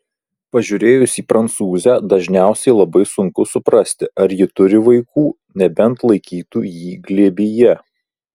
pažiūrėjus į prancūzę dažniausiai labai sunku suprasti ar ji turi vaikų nebent laikytų jį glėbyje